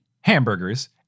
hamburgers